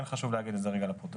כן חשוב להגיד את זה רגע לפרוטוקול.